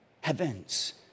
Heavens